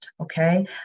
Okay